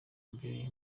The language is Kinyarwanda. mbere